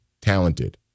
talented